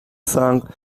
thank